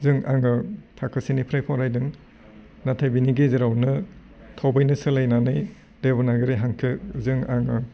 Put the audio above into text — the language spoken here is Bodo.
जों आङो थाखोसेनिफ्राय फरायदों नाथाय बिनि गेजेरावनो थबैनो सोलायनानै देब'नाग्रि हांखोजों आङो